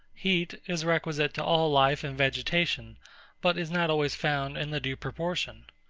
heat is requisite to all life and vegetation but is not always found in the due proportion.